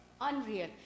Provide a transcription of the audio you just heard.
unreal